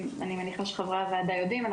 מניחה שחברי הוועדה יודעים,